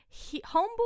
Homeboy